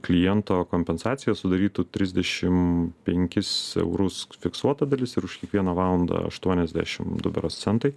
kliento kompensacija sudarytų trisdešim penkis eurus fiksuota dalis ir už kiekvieną valandą aštuoniasdešim du berods centai